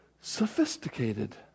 sophisticated